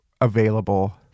available